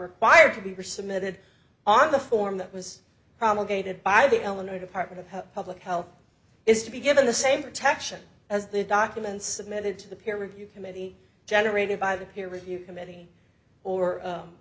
required to be submitted on the form that was promulgated by the illinois department of public health is to be given the same protection as the documents submitted to the peer review committee generated by the peer review committee or